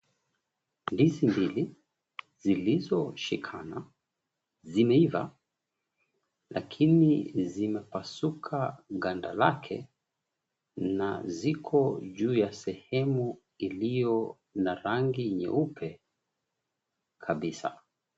Ndizi mbili, zilizoshikana, zimeiva, lakini limepasuka ganda lake na ziko juu ya sehemu iliyo na rangi nyeupe kabisa.